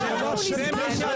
אני רק רוצה תשובה אחת לשאלה: